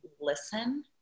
listen